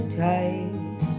tight